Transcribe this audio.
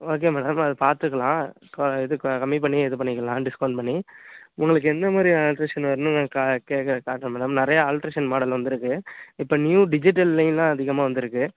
okay madam அது பார்த்துக்கலாம் இப்போ இது கம்மி பண்ணி இது பண்ணிக்கலாம் டிஸ்கவுண்ட் பண்ணி உங்களுக்கு எந்தமாதிரி ஆல்ட்ரேஷன் வரணுன்னு நான் கா கேக்கு காட்டுறேன் மேடம் நிறையா ஆல்ட்ரேஷன் மாடல் வந்து இருக்கு இப்போ நியூ டிஜிட்டல்லையும் எல்லாம் அதிகமாக வந்து இருக்கு